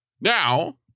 Now